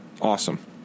awesome